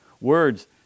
words